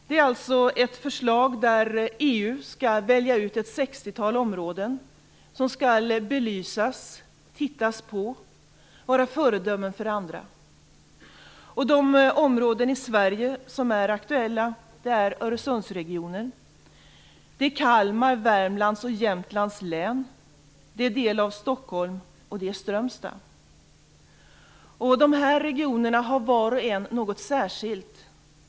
Det är ett förslag där EU skall välja ut ett sextiotal områden som skall belysas och fungera som föredömen för andra. De områden i Sverige som är aktuella är Öresundsregionen, Kalmar, Värmlands och Jämtlands län, del av Stockholm och Strömstad. Dessa regioner har var och en något särskilt.